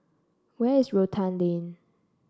where is Rotan Lane